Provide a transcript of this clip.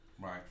Right